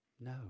No